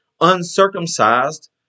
uncircumcised